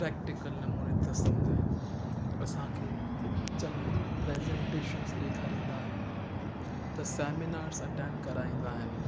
practical नमूने था सम्झायूं असांखे चङे प्रेज़ेन्टेशनस ॾेखारींदा आहिनि त सैमीनार्स अटैंड कराईंदा आहिनि